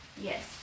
Yes